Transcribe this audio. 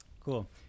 Cool